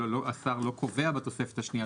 השר לא קובע בתוספת השנייה,